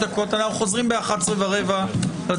הישיבה ננעלה בשעה 11:08.